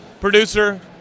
producer